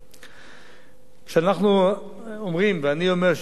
כשאנחנו אומרים ואני אומר שזכויות האדם חשובות לנו,